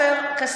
אני עופר כסיף